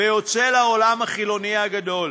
ויוצא לעולם החילוני הגדול.